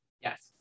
yes